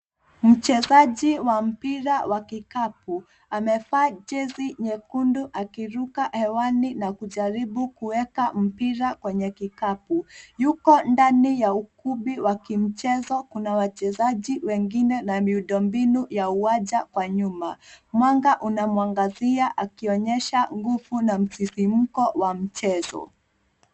Mchezaji wa mpira wa kikapu amevaa jezi nyekundu akiruka hewani na kujaribu kuweka mpira kwenye kikapu. Yuko ndani ya ukumbi wa kimchezo. Kuna wachezaji wengine na miundo mbinu ya uwanja ya kwa nyuma. Mwanga unamwangazia akionyesha akionyesha nguvu na msisimko wa mchezo.